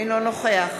אינו נוכח